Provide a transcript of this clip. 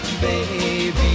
baby